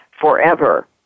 forever